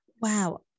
wow